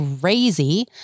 crazy